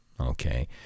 Okay